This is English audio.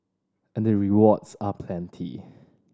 and they rewards are plenty